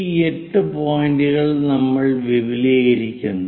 ഈ 8 പോയിൻറുകൾ നമ്മൾ വിപുലീകരിക്കുന്നു